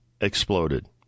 exploded